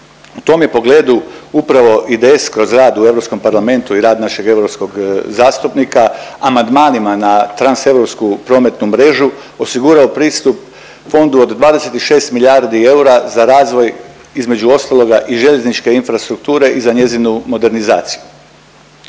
U tom je pogledu upravo IDS kroz rad u Europskom parlamentu i rad našeg europskog zastupnika amandmanima na transeuropsku prometnu mrežu osigurao pristup fondu od 26 milijardi eura za razvoj između ostaloga i željezničke infrastrukture i za njezinu modernizaciju.